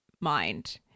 mind